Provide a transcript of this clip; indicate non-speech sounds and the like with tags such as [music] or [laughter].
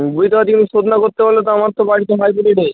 বুঝতে পারছি কিন্তু শোধ না করতে পারলে তো আমার তো বাড়িতে [unintelligible] নেই